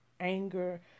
anger